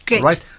Right